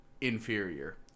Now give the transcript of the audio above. inferior